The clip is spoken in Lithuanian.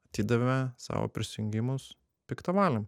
atidavė savo prisijungimus piktavaliam